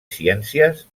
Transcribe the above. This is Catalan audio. ciències